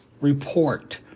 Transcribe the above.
report